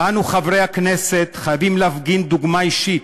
אנו, חברי הכנסת, חייבים להפגין דוגמה אישית,